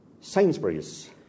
Sainsbury's